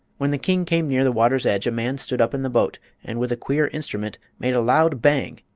when the king came near the water's edge a man stood up in the boat and with a queer instrument made a loud bang!